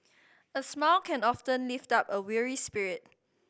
a smile can often lift up a weary spirit